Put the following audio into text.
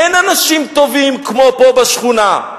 אין אנשים טובים כמו פה בשכונה.